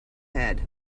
head